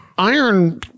Iron